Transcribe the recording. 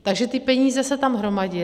Takže ty peníze se tam hromadily.